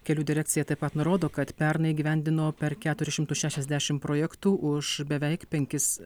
kelių direkcija taip pat nurodo kad pernai įgyvendino per keturis šimtus šešiasdešim projektų už beveik penkis